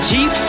Jeep